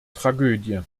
tragödie